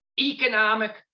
economic